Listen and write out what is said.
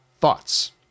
thoughts